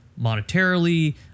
monetarily